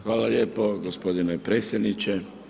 Hvala lijepo gospodine predsjedniče.